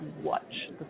watch